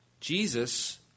Jesus